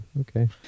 Okay